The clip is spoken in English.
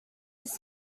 was